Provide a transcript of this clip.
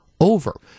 over